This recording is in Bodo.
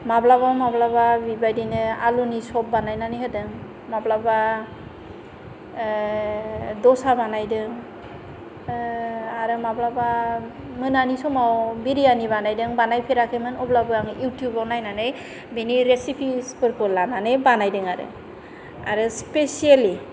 माब्लाबा माब्लाबा बिबायदिनो आलुनि सब बानायनानै होदों माब्लाबा ड'सा बानायदों आरो माब्लाबा मोनानि समाव बिरियानि बानायदों बानायफेराखैमोन अब्लाबो आङो इउथुबाव नायनानै बेनि रेसिपिसफोरखौ लानानै बानायदों आरो आरो स्पेसिएलि